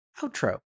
Outro